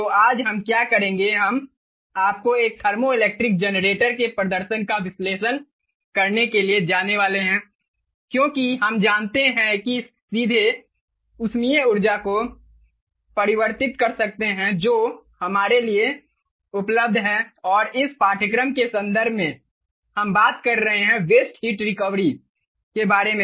तो आज हम क्या करेंगे हम आपको एक थर्मोइलेक्ट्रिक जनरेटर के प्रदर्शन का विश्लेषण करने के लिए जाने वाले हैं क्योंकि हम जानते हैं कि सीधे ऊष्मीय ऊर्जा को परिवर्तित कर सकते हैं जो हमारे लिए उपलब्ध है और इस पाठ्यक्रम के संदर्भ में हम बात कर रहे हैं वेस्ट हीट रिकवरी के बारे में